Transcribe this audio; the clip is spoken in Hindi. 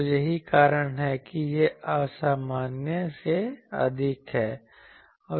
तो यही कारण है कि यह सामान्य से अधिक है